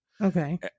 Okay